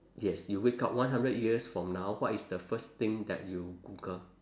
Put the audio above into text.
yes you wake up one hundred years from now what is the first thing that you google